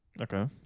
Okay